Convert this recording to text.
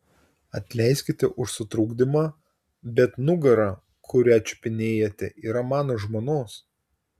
atleiskite už sutrukdymą bet nugara kurią čiupinėjate yra mano žmonos